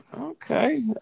Okay